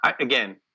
again